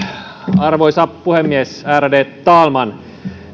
arvoisa puhemies ärade talman